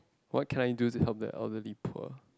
what can I do to help the elderly poor